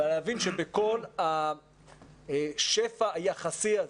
אבל להבין שבכל השפע היחסי הזה,